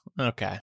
Okay